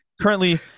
Currently